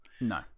no